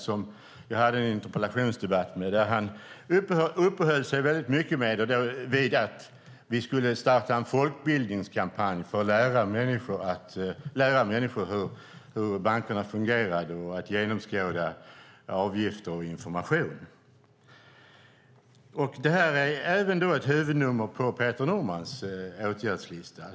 Han och jag hade en interpellationsdebatt där han uppehöll sig mycket vid att vi skulle starta en folkbildningskampanj för att lära människor hur bankerna fungerar och att genomskåda avgifter och information. Detta är ett huvudnummer också på Peter Normans åtgärdslista.